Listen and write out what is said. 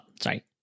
sorry